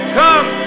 come